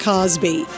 Cosby